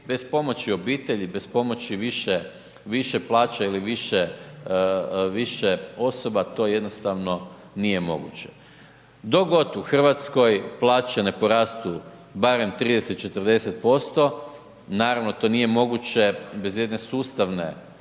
bez pomoći obitelji, bez pomoći više plaće ili više osoba, to jednostavno nije moguće. Dok god u Hrvatskoj plaće ne porastu barem 30, 40%, naravno, to nije moguće bez jedne sustavne